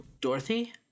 Dorothy